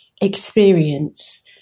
experience